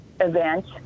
event